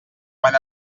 quan